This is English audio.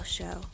Show